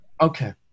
okay